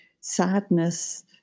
sadness